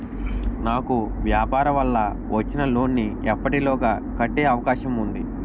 నాకు వ్యాపార వల్ల వచ్చిన లోన్ నీ ఎప్పటిలోగా కట్టే అవకాశం ఉంది?